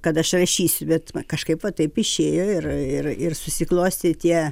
kad aš rašysiu bet va kažkaip va taip išėjo ir ir susiklostė tie